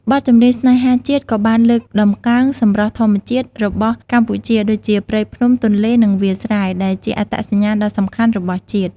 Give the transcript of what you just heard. បទចម្រៀងស្នេហាជាតិក៏បានលើកតម្កើង សម្រស់ធម្មជាតិ របស់កម្ពុជា ដូចជាព្រៃភ្នំ ទន្លេ និងវាលស្រែ ដែលជាអត្តសញ្ញាណដ៏សំខាន់របស់ជាតិ។